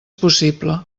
possible